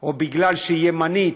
או בגלל שהיא ימנית,